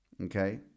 Okay